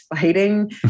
fighting